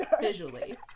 Visually